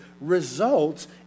results